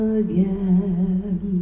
again